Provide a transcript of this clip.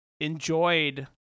enjoyed